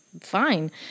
fine